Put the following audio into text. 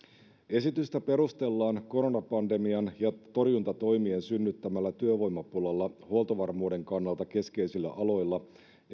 esitystä perustellaan koronapandemian ja torjuntatoimien synnyttämällä työvoimapulalla huoltovarmuuden kannalta keskeisillä aloilla